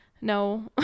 no